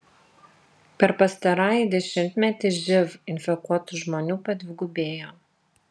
per pastarąjį dešimtmetį živ infekuotų žmonių padvigubėjo